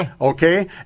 Okay